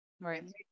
right